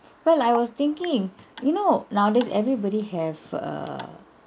well I was thinking you know nowadays everybody have a